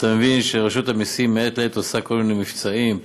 אתה מבין שרשות המסים מעת לעת עושה כל מיני מבצעים,